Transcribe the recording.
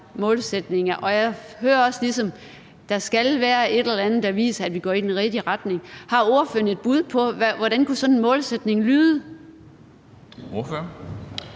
målsætninger. Og jeg hører også, at der ligesom skal være et eller andet, der viser, at vi går i den rigtige retning. Har ordføreren et bud på, hvordan sådan en målsætning kunne